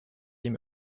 him